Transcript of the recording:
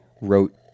wrote